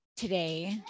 today